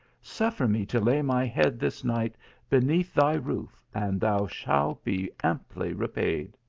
suffer me to lay my head this night beneath thy roof, and thou shall be amply repaid.